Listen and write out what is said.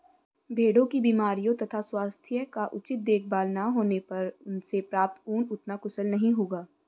भेड़ों की बीमारियों तथा स्वास्थ्य का उचित देखभाल न होने पर उनसे प्राप्त ऊन उतना कुशल नहीं होगा